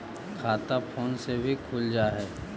खाता फोन से भी खुल जाहै?